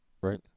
right